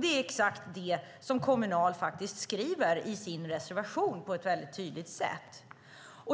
Det är exakt detta som Kommunal skriver i sin reservation på ett tydligt sätt.